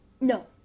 No